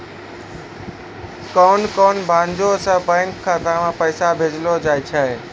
कोन कोन भांजो से बैंक खाता मे पैसा भेजलो जाय छै?